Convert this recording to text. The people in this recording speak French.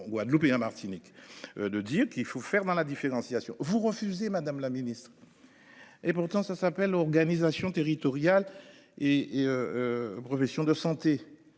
Guadeloupe et en Martinique. De dire qu'il faut faire dans la différenciation vous refusez Madame la Ministre. Et pourtant, ça s'appelle l'organisation territoriale et et. Professions de santé.